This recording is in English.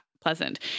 pleasant